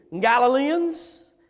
Galileans